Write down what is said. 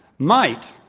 might